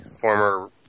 former